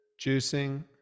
juicing